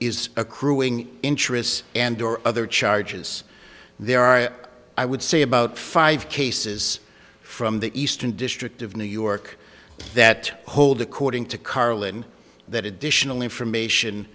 is accruing interest and or other charges there are i would say about five cases from the eastern district of new york that hold according to carlin that additional